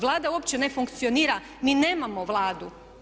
Vlada uopće ne funkcionira, mi nemamo Vladu.